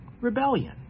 Rebellion